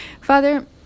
Father